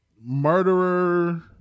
Murderer